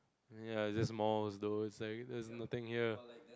ya is it small though its nothing here